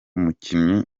mukinyi